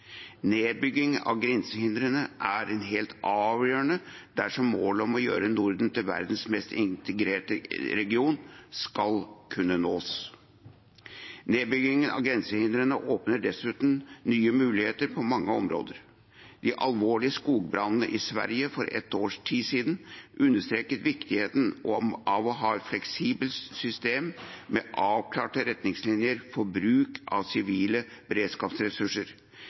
Nedbygging av grensehindre er helt avgjørende dersom målet om å gjøre Norden til verdens mest integrerte region skal kunne nås. Nedbygging av grensehindre åpner dessuten nye muligheter på mange områder. De alvorlige skogbrannene i Sverige for et års tid siden understreket viktigheten av å ha et fleksibelt system med avklarte retningslinjer for bruk av sivile beredskapsressurser.